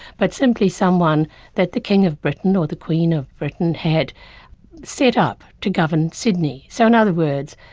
but simply someone that the king of britain, or the queen of britain had set up to govern sydney. so in other words,